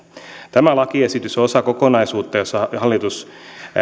tämä lakiesitys on osa kokonaisuutta jossa hallitus